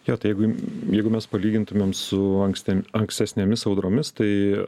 jo tai jeigu jeigu mes palygintumėm su ankste ankstesnėmis audromis tai